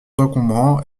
encombrants